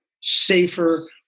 safer